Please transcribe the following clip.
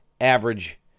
average